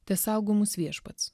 tesaugo mus viešpats